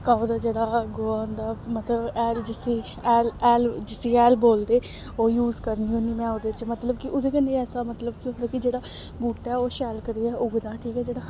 काऊ दा जेह्ड़ा गोहा होंदा मतलब हैल जिसी हैल हैल जिसी हैल बोलदे ओह् यूज़ करनी होन्नी में ओह्दे च मतलब कि ओह्दे कन्नै ऐसा मतलब कि होंदा कि जेह्ड़ा बूह्टा ऐ ओह् शैल करियै उगदा ठीक ऐ जेह्ड़ा